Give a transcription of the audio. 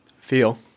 feel